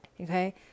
Okay